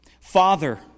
Father